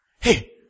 Hey